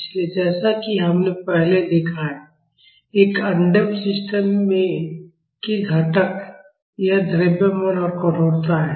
इसलिए जैसा कि हमने पहले देखा है एक अनडम्प्ड सिस्टम के घटक यह द्रव्यमान और कठोरता है